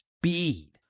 speed